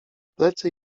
plecy